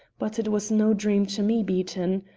but it was no dream to me, beaton.